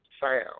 sound